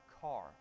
car